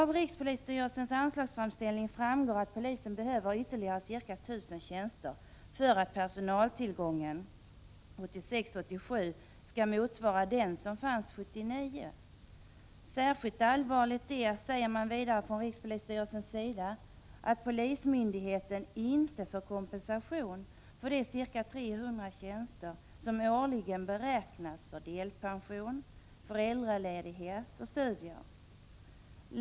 Av rikspolisstyrelsens anslagsframställning framgår att polisen behöver ytterligare ca 1 000 tjänster för att personaltillgången 1986/87 skall motsvara den personaltillgång som fanns 1979. Från rikspolisstyrelsens sida säger man att det är särskilt allvarligt att polismyndigheten inte får kompensation för de ca 300 tjänster som årligen beräknas försvinna som en följd av delpension, föräldraledighet och studier.